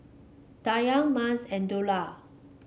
Dayang Mas and Dollah